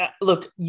Look